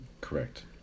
correct